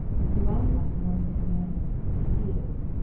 and for life i am yours at command, as he is.